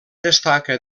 destaca